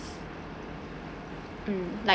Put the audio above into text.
mm like